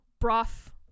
broth